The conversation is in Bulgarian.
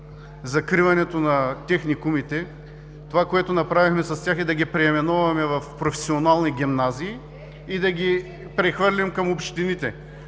закриването на техникумите. Това, което направихме с тях, е да ги преименуваме в професионални гимназии и да ги прехвърлим към общините.